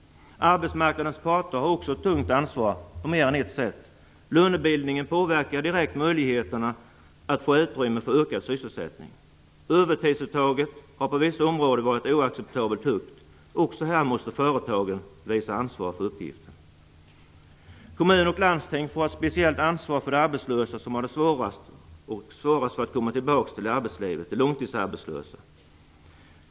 Arbetsmarknadens parter har också ett tungt ansvar på mer än ett sätt. Lönebildningen påverkar direkt möjligheterna att få utrymme för ökad sysselsättning. Övertidsuttaget har på vissa områden varit oacceptabelt högt. Också i detta sammanhang måste företagen visa ansvar för uppgiften. Kommun och landsting får ett speciellt ansvar för de arbetslösa som har svårast att komma tillbaka till arbetslivet, nämligen de långtidsarbetslösa.